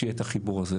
שיהיה את החיבור הזה.